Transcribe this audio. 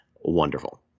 wonderful